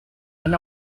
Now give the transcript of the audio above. and